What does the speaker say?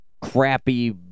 crappy